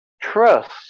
Trust